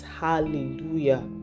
Hallelujah